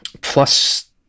plus